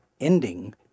ending